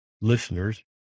listeners